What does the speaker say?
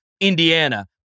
Indiana